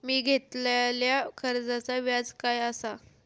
मी घेतलाल्या कर्जाचा व्याज काय आसा?